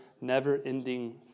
never-ending